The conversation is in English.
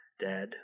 dead